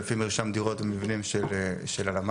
לפי מרשם דירות מבנים של הלמ"ס.